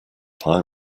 pie